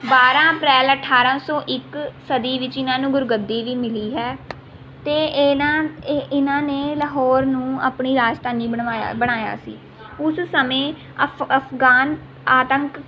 ਬਾਰਾਂ ਅਪ੍ਰੈਲ ਅਠਾਰਾਂ ਸੌ ਇੱਕ ਸਦੀ ਵਿੱਚ ਇਹਨਾਂ ਨੂੰ ਗੁਰਗੱਦੀ ਵੀ ਮਿਲੀ ਹੈ ਅਤੇ ਇਨ੍ਹਾਂ ਇਹ ਇਹਨਾਂ ਨੇ ਲਾਹੌਰ ਨੂੰ ਆਪਣੀ ਰਾਜਧਾਨੀ ਬਣਵਾਇਆ ਬਣਾਇਆ ਸੀ ਉਸ ਸਮੇਂ ਅਫਗਾਨ ਆਤੰਕ